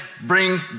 bring